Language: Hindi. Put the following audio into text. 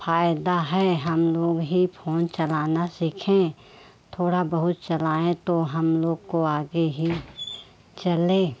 फ़ायदा है हम लोग ही फोन चलाना सीखें थोड़ा बहुत चलाएँ तो हम लोग को आगे ही चले